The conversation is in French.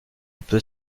peut